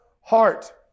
heart